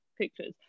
pictures